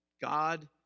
God